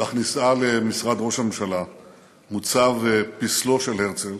בכניסה למשרד ראש הממשלה מוצב פסלו של הרצל.